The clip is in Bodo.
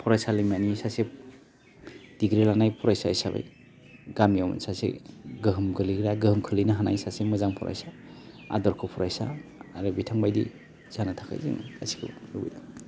फरायसालिमानि सासे डिग्रि लानाय फरायसा हिसाबै गामियाव सासे गोहोम गोलैग्रा गोहोम खोलैनो हानाय सासे मोजां फरायसा आदरख' फरायसा आरो बिथां बायदि जानो थाखाय जोङो गासिखौबो लुबैदों